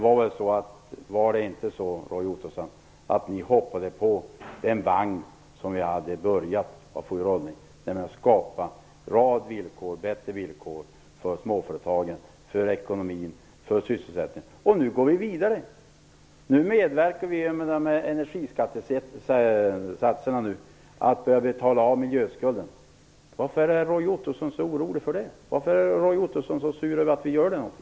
Var det inte så att ni hoppade på den vagn som vi hade börjat få i rullning för att skapa en rad bättre villkor för småföretagen, för ekonomin och sysselsättning? Nu går vi vidare. Nu medverkar vi med energiskattesatserna för att betala av miljöskulden. Varför är Roy Ottosson orolig för det? Varför är Roy Ottosson så sur över att vi gör någonting?